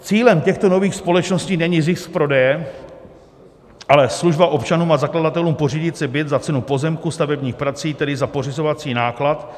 Cílem těchto nových společností není zisk z prodeje, ale služba občanům a zakladatelům pořídit si byt za cenu pozemku, stavebních prací, tedy za pořizovací náklad.